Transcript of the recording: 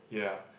ya